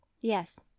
yes